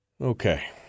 Okay